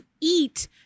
eat